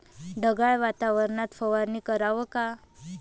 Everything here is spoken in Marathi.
ढगाळ वातावरनात फवारनी कराव का?